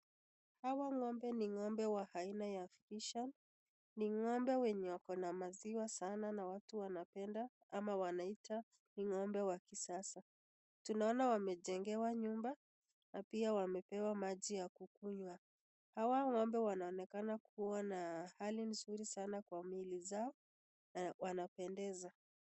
Hawa ng'ombe ni ng'ombe wa aina ya freishan . Ni ng'ombe wenye wako na maziwa sana na watu wanapenda ama wanaita ni ng'ombe wa kisasa. Tunaona wamejengewa nyumba na pia wamepewa maji ya kukunywa. Hawa ng'ombe wanaonekana kuwa na hali nzuri sana kwa mwili zao na wanapendeza.